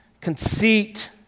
conceit